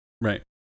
Right